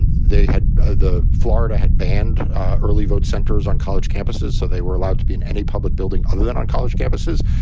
and they had the florida had banned early vote centers on college campuses. so they were allowed to be in any public building other than on college campuses.